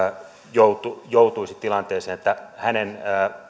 joutuisi joutuisi tilanteeseen että